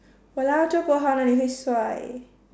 !walao! zhou bo hao 哪里会帅